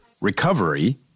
Recovery